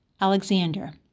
Alexander